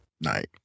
night